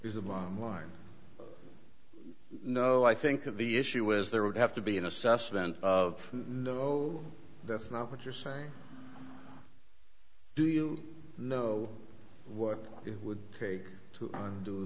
is the mom line no i think of the issue is there would have to be an assessment of no that's not what you're saying do you know what it would take to